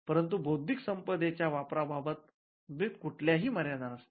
परंतु बौद्धिक संपदेच्या वापरा बाबतीत कुठल्याही मर्यादा नसतात